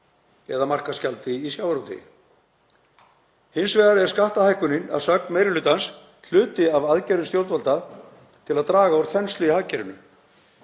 eða markaðsgjaldi í sjávarútvegi. Hins vegar er skattahækkunin að sögn meiri hlutans hluti af aðgerðum stjórnvalda til að draga úr þenslu í hagkerfinu.